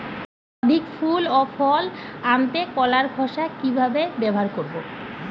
অধিক ফুল ও ফল আনতে কলার খোসা কিভাবে ব্যবহার করব?